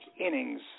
innings